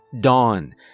Dawn